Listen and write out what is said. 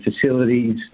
facilities